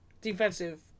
defensive